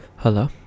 Hello